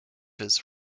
his